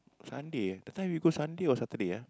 Sunday that time we go Sunday or Saturday ah